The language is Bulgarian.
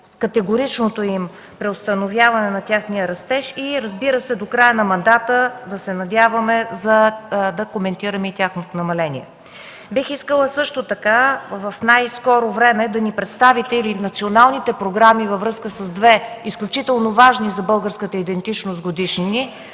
категоричното преустановяване на техния растеж и, разбира се, до края на мандата да се надяваме да коментираме и тяхното намаление. Бих искала също така в най-скоро време да ни представите националните програми във връзка с две изключително важни за българската идентичност годишнини.